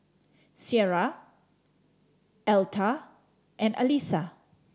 Cierra Aletha and Alisa